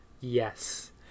yes